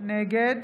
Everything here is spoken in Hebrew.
נגד